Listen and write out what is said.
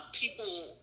People